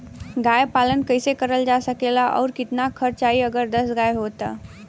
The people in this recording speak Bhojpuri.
गाय पालन कइसे करल जा सकेला और कितना खर्च आई अगर दस गाय हो त?